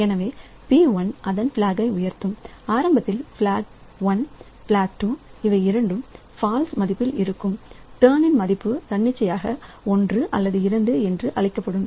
எனவே process P1 அதன் block உயர்த்தும்ஆரம்பத்தில் பிளாக் 1 பிளாக் 2இவை இரண்டும் பால்ஸ் மதிப்பில் இருக்கும் டர்ன்நின் மதிப்பு தன்னிச்சையாக ஒன்று அல்லது இரண்டு என்று அளிக்கப்படுகிறது